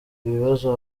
ibibazo